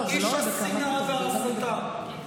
איש השנאה וההסתה.